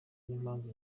n’impamvu